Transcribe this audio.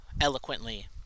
eloquently